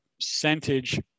percentage